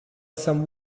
some